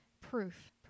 proof